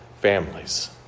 families